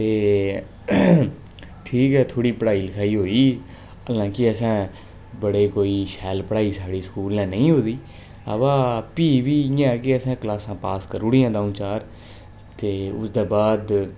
ते ठीक ऐ थोह्ड़ी पढ़ाई लखाई होई हालांके असें बड़े कोई शैल पढ़ाई साढ़ी स्कूलै नेईं होई दी अवां फ्ही बी इयां के असें क्लासां पास करी ओड़ियां द'ऊं चार ते उसदे बाद